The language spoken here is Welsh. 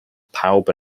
pawb